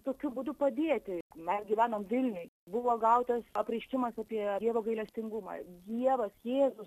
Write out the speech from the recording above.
tokiu būdu padėti mes gyvenom vilniuj buvo gautas apreiškimas apie dievo gailestingumą dievas jėzus